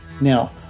Now